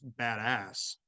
badass